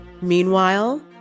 Meanwhile